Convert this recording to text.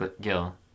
Gil